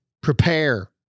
Prepare